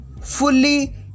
fully